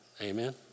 Amen